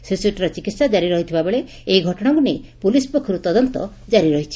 ଶିଶ୍ବଟିର ଚିକିହା ଜାରି ରହିଥିବାବେଳେ ଏହି ଘଟଣାକୁ ନେଇ ପୁଲିସ୍ ପକ୍ଷରୁ ତଦନ୍ତ କାରି ରହିଛି